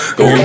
go